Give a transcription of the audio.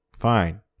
Fine